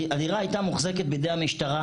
הדירה שבה בוצע הרצח הייתה מוחזקת בידי המשטרה